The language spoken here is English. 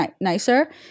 nicer